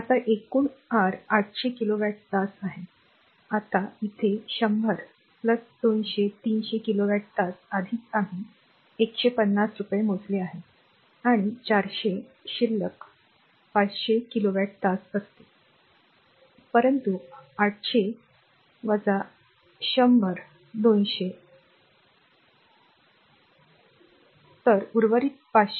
आता एकूण आर 800 किलोवॅट तास आहे आता इथे 100 200 300 किलोवॅट तास आधीच आम्ही 150 रुपये मोजले आहेत आणि 400 शिल्लक 500 किलोवॅट तास असतील परंतु 800 100 200 तर उर्वरित 500